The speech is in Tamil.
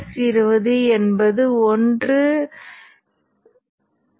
I பொதுவாக காந்தமாக்கும் மின்னோட்டமாக இருக்க வேண்டும்